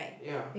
yea